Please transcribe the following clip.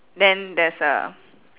then there's a